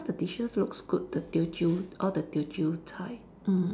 cause the dishes looks good the Teochew all the Teochew 菜 mm